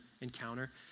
encounter